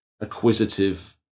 acquisitive